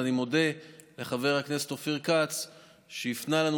ואני מודה לחבר הכנסת אופיר כץ שהפנה לנו